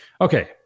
Okay